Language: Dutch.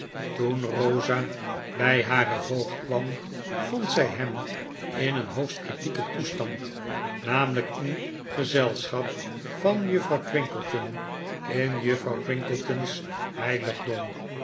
rosa bij haren voogd kwam vond zij hem in een hoogst kritieken toestand namelyk in gezelschap van juffrouw twinkleton in juffrouw twinkleton's heiligdom